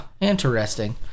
Interesting